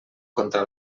contra